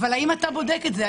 אתה בודק את זה?